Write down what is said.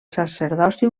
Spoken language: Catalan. sacerdoci